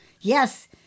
Yes